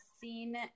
seen